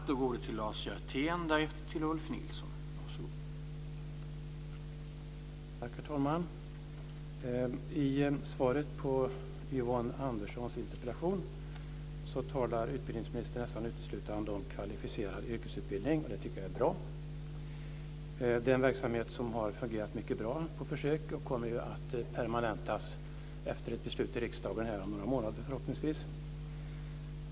Herr talman! I svaret på Yvonne Anderssons interpellation talar utbildningsministern nästan uteslutande om kvalificerad yrkesutbildning. Det tycker jag är bra. Det är en verksamhet som har fungerat mycket bra på försök och som kommer att permanentas efter ett beslut här i riksdagen om ett par månader förhoppningsvis.